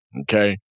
Okay